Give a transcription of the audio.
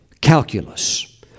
calculus